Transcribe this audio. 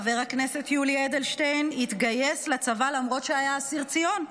חבר הכנסת יולי אדלשטיין התגייס לצבא למרות שהיה אסיר ציון,